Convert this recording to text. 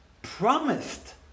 promised